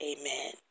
Amen